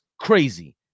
crazy